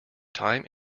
time